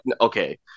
Okay